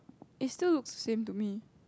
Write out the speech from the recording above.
is still looks same to me